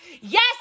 yes